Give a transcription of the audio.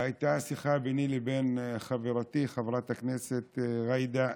והייתה שיחה ביני לבין חברתי חברת הכנסת עאידה